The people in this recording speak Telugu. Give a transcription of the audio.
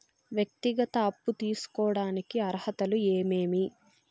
వ్యక్తిగత అప్పు తీసుకోడానికి అర్హతలు ఏమేమి